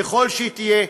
ככל שהיא תהיה,